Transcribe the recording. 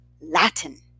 Latin